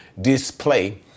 display